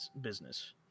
business